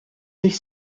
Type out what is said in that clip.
sich